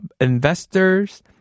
investors